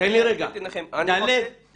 כי